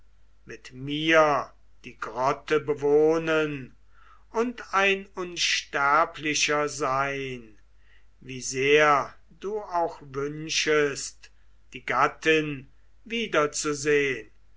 mit mir die grotte bewohnen und ein unsterblicher sein wie sehr du auch wünschest die gattin wiederzusehn